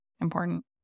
important